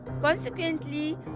Consequently